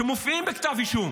שמופיעים בכתב אישום.